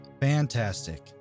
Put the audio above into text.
Fantastic